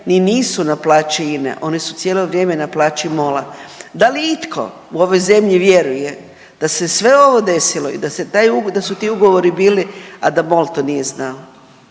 ni nisu na plaći INE oni su cijelo vrijeme na plaći MOLA. Da li itko u ovoj zemlji vjeruje da se sve ovo desilo i da se taj ugovor, da su ti ugovori bili a da MOL to nije znao?